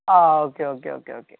ആ ആ okay okay okay okay